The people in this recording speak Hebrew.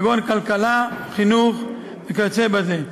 כגון הכלכלה, החינוך וכיוצא בזה.